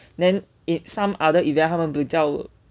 then in some other event 他们比较